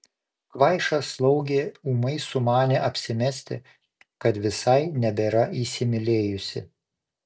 kvaiša slaugė ūmai sumanė apsimesti kad visai nebėra įsimylėjusi